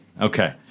Okay